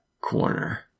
corner